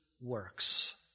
works